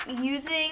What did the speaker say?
using